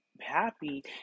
happy